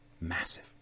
Massive